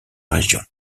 région